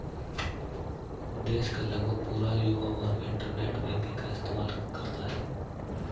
देश का लगभग पूरा युवा वर्ग इन्टरनेट बैंकिंग का इस्तेमाल करता है